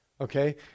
okay